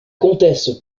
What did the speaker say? comtesse